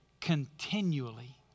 continually